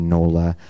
Nola